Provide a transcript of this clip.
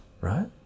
right